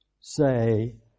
say